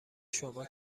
شما